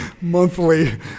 monthly